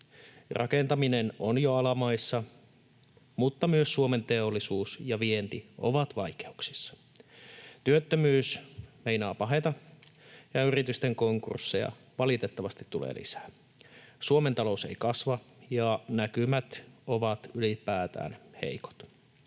Rakentaminen on jo alamaissa, mutta myös Suomen teollisuus ja vienti ovat vaikeuksissa. Työttömyys meinaa paheta, ja yritysten konkursseja valitettavasti tulee lisää. Suomen talous ei kasva, ja näkymät ovat ylipäätään heikot.